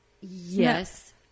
Yes